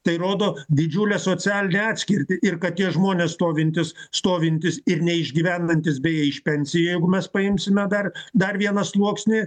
tai rodo didžiulę socialinę atskirtį ir kad tie žmonės stovintys stovintys ir neišgyvenantys beje iš pensijų jeigu mes paimsime dar dar vieną sluoksnį